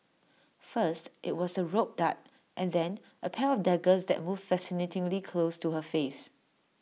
first IT was the rope dart and then A pair of daggers that moved fascinatingly close to her face